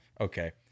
Okay